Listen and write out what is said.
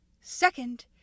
Second